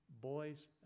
Boys